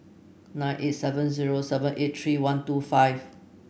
nine eight seven zero seven eight three one two five